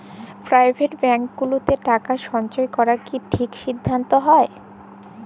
private bank গুলাতে টাকা সল্চয় ক্যরা কি ঠিক সিদ্ধাল্ত হ্যয়